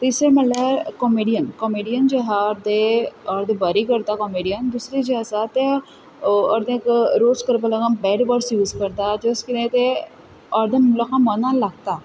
तिसरें म्हणल्यार comedian comedian जे हा ते अर्दे बरी करता कोमिडी आनी दुसरे जे आहा ते अर्दे रोस्ट करपा लागून बॅड वर्ड्स यूज करता तें अर्द्या लोकां मनां लागता